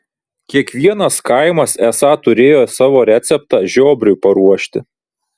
kiekvienas kaimas esą turėjo savo receptą žiobriui paruošti